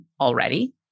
already